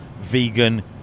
vegan